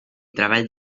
treball